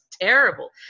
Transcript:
terrible